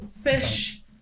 fish